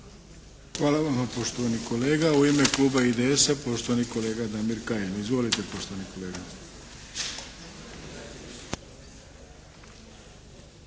Hvala vam poštovani kolega. U ime kluba IDS-a poštovani kolega Damir Kajin. Izvolite poštovani kolega!